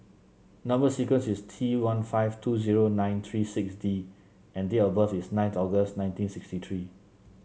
number sequence is T one five two zero nine three six D and date of birth is nine August nineteen sixty three